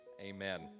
Amen